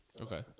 Okay